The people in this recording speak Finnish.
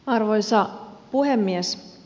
arvoisa puhemies